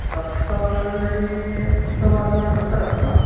सप्तमदिने सप्तवादनान्तरं वा